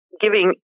giving